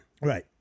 Right